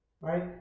right